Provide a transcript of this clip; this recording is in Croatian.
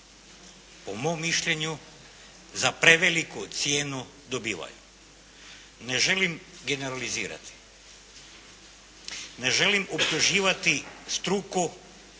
po mom mišljenju za preveliku cijenu dobivaju. Ne želim generalizirati. Ne želim optuživati struku